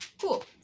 Cool